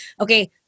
okay